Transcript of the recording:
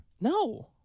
No